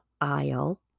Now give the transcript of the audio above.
aisle